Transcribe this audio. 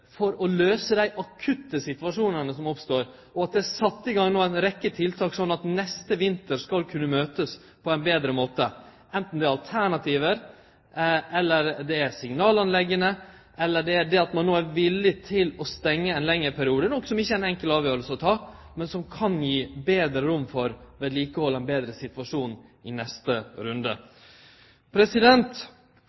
for å løyse dei akutte situasjonane som har oppstått. Det er sett i gang ei rekkje tiltak, slik at ein skal kunne møte neste vinter på ein betre måte, anten det gjeld alternativ eller signalanlegg, eller at ein er villig til å stengje i ein lengre periode, noko som ikkje er ei enkel avgjerd å ta, men som kan gi betre rom for vedlikehald og ein betre situasjon i neste runde.